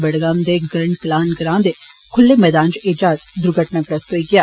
बड़गाम दे गुंड कालान ग्रां दे खुल्ले मैदान च एह् जहाज दुर्धनाग्रस्त होई गेआ